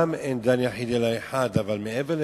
גם אין דן יחיד אלא אחד, אבל מעבר לכך,